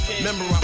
Remember